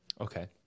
Okay